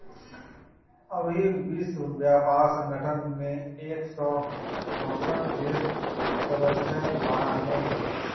अबही विश्व व्यापार संगठन में एक सौ चौसठ देस सदस्य बाने